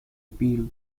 appeal